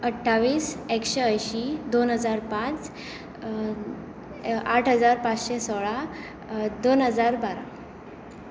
अट्टावीस एकशें ऐंशी दोन हजार पांच आट हजार पाचशें सोळा दोन हजार बारा